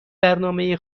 برنامه